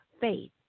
faith